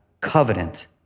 covenant